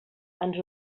ens